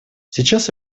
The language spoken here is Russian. сейчас